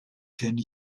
kenne